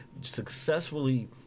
successfully